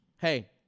Hey